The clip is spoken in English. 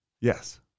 Yes